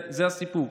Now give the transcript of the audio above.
זה הסיפור.